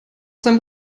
seinem